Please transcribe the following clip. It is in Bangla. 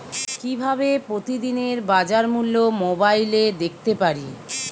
কিভাবে প্রতিদিনের বাজার মূল্য মোবাইলে দেখতে পারি?